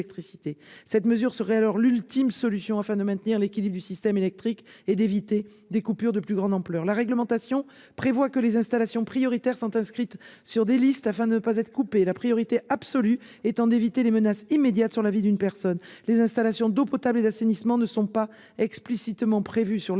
Cette mesure serait alors l'ultime solution permettant de maintenir l'équilibre du système électrique et d'éviter des coupures de plus grande ampleur. La réglementation prévoit que les installations prioritaires sont inscrites sur des listes afin de ne pas être coupées, la priorité absolue étant d'éviter les menaces immédiates sur la vie d'une personne. Les installations d'eau potable et d'assainissement ne sont pas explicitement prévues par l'arrêté